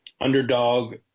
underdog